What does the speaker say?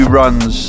runs